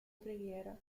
preghiera